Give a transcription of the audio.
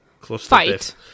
fight